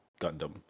Gundam